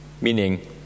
Meaning